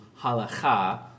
halacha